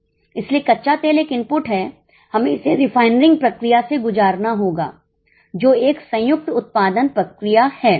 इसलिए कच्चा तेल एक इनपुट है हमें इसे रिफाइनिंग प्रक्रिया से गुजारना होगा जो एक संयुक्त उत्पादन प्रक्रिया है